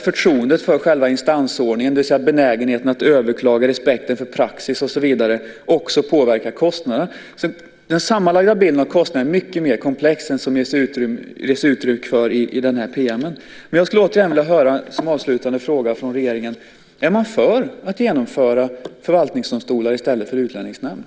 Förtroendet för själva instansordningen, det vill säga benägenheten att överklaga, respekten för praxis och så vidare, påverkar också kostnaderna. Den sammanlagda bilden av kostnaderna är mycket mer komplex än vad som ges uttryck för i den här PM:en. Jag skulle gärna vilja höra om regeringen är för att införa förvaltningsdomstolar i stället för utlänningsnämnd.